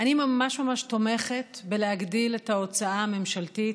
אני ממש ממש תומכת בלהגדיל את ההוצאה הממשלתית.